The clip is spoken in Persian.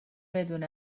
بدون